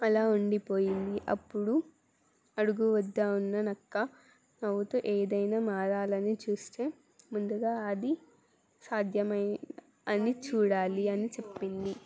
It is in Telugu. అలా ఉండిపోయింది అప్పుడు అడుగు వద్ద ఉన్ననక్క నవ్వుతు ఏదైనా మారాలని చూస్తే ముందుగా అది సాధ్యమేనా అని చూడాలి అని చెప్పింది